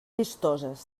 vistoses